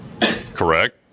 Correct